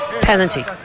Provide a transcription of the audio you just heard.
Penalty